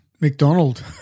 McDonald